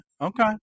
okay